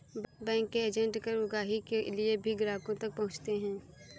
bank के agent कर उगाही के लिए भी ग्राहकों तक पहुंचते हैं